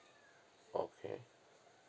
okay